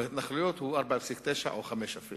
בהתנחלויות הוא 4.9% או 5% אפילו.